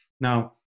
Now